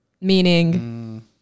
meaning